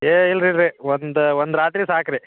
ಏ ಇಲ್ರಿ ರೀ ಒಂದು ಒಂದು ರಾತ್ರಿ ಸಾಕು ರೀ